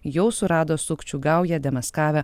jau surado sukčių gaują demaskavę